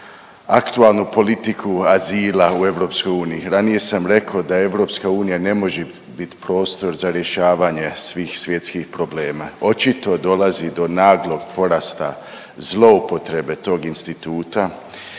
aktualnu politiku azila u EU. Ranije sam rekao da EU ne može biti prostor za rješavanje svih svjetskih problema. Očito dolazi do naglog porasta zloupotrebe tog instituta